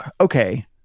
okay